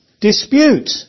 Dispute